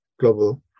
global